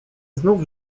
znów